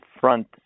front